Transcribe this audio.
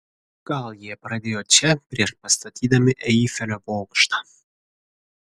gal jie pradėjo čia prieš pastatydami eifelio bokštą